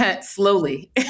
slowly